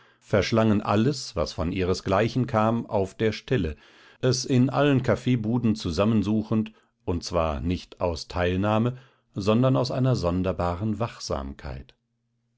verschlangen alles was von ihresgleichen kam auf der stelle es in allen kaffeebuden zusammensuchend und zwar nicht aus teilnahme sondern aus einer sonderbaren wachsamkeit